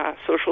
social